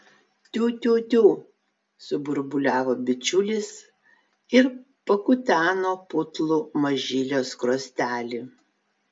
tiu tiu tiu suburbuliavo bičiulis ir pakuteno putlų mažylio skruostelį